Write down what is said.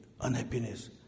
unhappiness